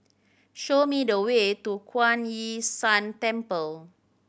show me the way to Kuan Yin San Temple